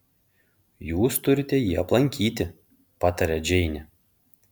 jūs turite jį aplankyti pataria džeinė